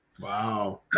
Wow